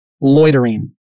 loitering